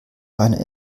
einer